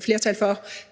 flertal for